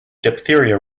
diphtheria